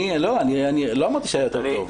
לא אמרתי שהיה יותר טוב.